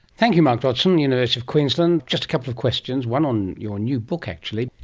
thank you mark dodgson, university of queensland, just a couple of questions, one on your new book actually.